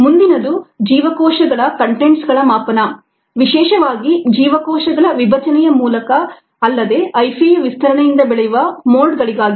ಮುಂದಿನದು ಜೀವಕೋಶದ ಕಂಟೆಂಟ್ಸಗಳ ಮಾಪನ ವಿಶೇಷವಾಗಿ ಜೀವಕೋಶಗಳ ವಿಭಜನೆಯ ಮೂಲಕ ಅಲ್ಲದೆ ಹೈಫೆಯ ವಿಸ್ತರಣೆಯಿಂದ ಬೆಳೆಯುವ ಮೊಲ್ಡ್ ಗಳಿಗಾಗಿ